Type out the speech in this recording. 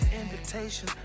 invitation